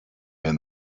and